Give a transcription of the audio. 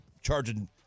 charging